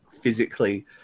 physically